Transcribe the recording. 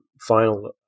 final